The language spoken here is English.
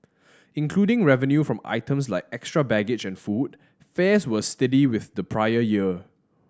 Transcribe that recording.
including revenue from items like extra baggage and food fares were steady with the prior year